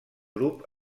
grup